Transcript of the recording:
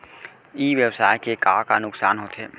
ई व्यवसाय के का का नुक़सान होथे?